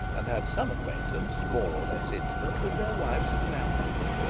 and had some acquaintance, more or less intimate, with their wives and families.